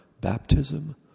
baptism